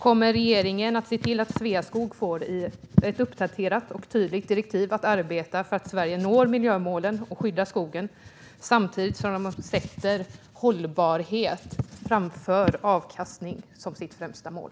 Kommer regeringen att se till att Sveaskog får ett uppdaterat och tydligt direktiv att arbeta för att Sverige når miljömålen och skyddar skogen, samtidigt som man sätter hållbarhet framför avkastning som sitt främsta mål?